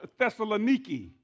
Thessaloniki